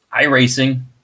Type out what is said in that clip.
iRacing